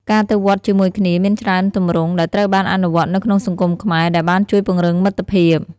ការទៅវត្តជាមួយគ្នាមានច្រើនទម្រង់ដែលត្រូវបានអនុវត្តនៅក្នុងសង្គមខ្មែរដែលបានជួយពង្រឹងមិត្តភាព។